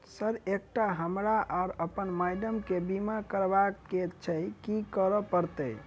Sir एकटा हमरा आ अप्पन माइडम केँ बीमा करबाक केँ छैय की करऽ परतै?